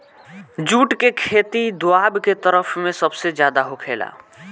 जुट के खेती दोवाब के तरफ में सबसे ज्यादे होखेला